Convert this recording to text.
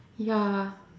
ya